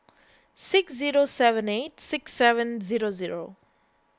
six zero seven eight six seven zero zero